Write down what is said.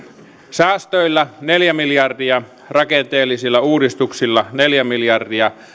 säästöillä neljä miljardia rakenteellisilla uudistuksilla neljä miljardia